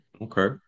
Okay